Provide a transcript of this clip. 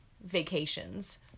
vacations